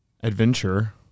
adventure